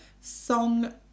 Song